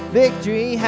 victory